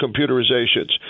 computerizations